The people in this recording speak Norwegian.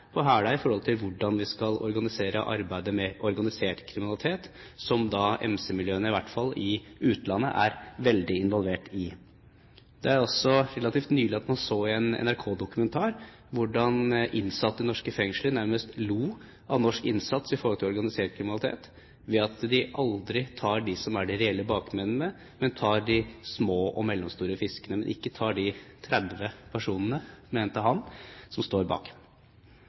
i forhold til hvordan vi skal organisere arbeidet med organisert kriminalitet som MC-miljøene, i hvert fall i utlandet, er veldig involvert i. Relativt nylig så man i en NRK-dokumentar hvordan innsatte i norske fengsler nærmest lo av norsk innsats mot organisert kriminalitet ved at de aldri tar dem som er de reelle bakmennene, men tar de små og mellomstore fiskene, ikke de tretti personene, mente de, som står bak.